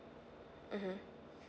mmhmm